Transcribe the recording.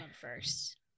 first